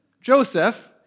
Joseph